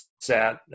sat